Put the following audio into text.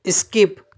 skip